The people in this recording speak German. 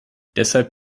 deshalb